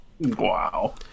Wow